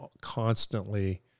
constantly